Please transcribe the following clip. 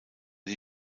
die